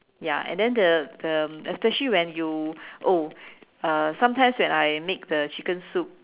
ya and then the the especially when you oh uh sometimes when I make the chicken soup